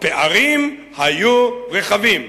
הפערים היו רחבים.